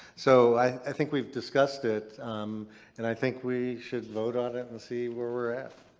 so i think we've discussed it and i think we should vote on it and see where we're at.